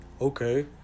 Okay